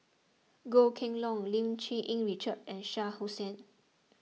Goh Kheng Long Lim Cherng Yih Richard and Shah Hussain